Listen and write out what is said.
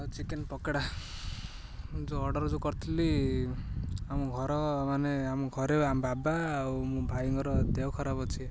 ହଉ ଚିକେନ୍ ପକୋଡ଼ା ମୁଁ ଯେଉଁ ଅର୍ଡ଼ର୍ ଯେଉଁ କରିଥିଲି ଆମ ଘର ମାନେ ଆମ ଘରେ ବାବା ଆଉ ମୋ ଭାଇଙ୍କର ଦେହ ଖରାପ ଅଛି